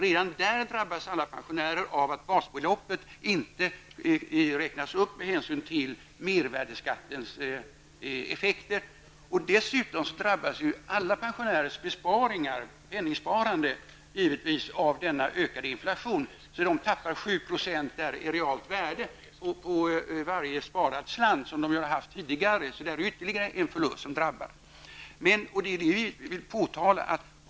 Redan där drabbas alla pensionärer av att basbeloppet inte räknas upp med hänsyn till mervärdeskattens effekter. Dessutom drabbas alla pensionärers besparingar -- deras penningsparande -- givetvis av den ökade inflationen. De tappar 7 % i realt värde på varje sparad slant. Det är ytterligare en förlust som drabbar dem.